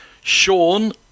Sean